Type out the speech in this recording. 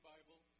Bible